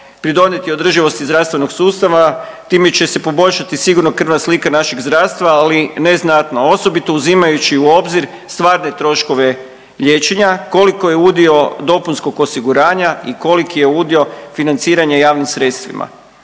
pridonijeti održivosti zdravstvenog sustava. Time će se poboljšati sigurno krvna slika našeg zdravstva, ali neznatno osobito uzimajući u obzir stvarne troškove liječenja koliko je udio dopunskog osiguranja i koliki je udio financiranja javnim sredstvima.